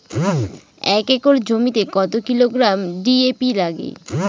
এক একর জমিতে কত কিলোগ্রাম ডি.এ.পি লাগে?